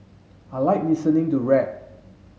I like listening to rap